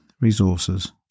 resources